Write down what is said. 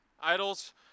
Idols